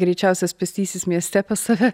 greičiausias pėstysis mieste pas save